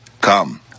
Come